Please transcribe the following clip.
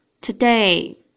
today